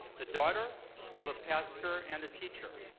the daughter of a pastor and a teacher.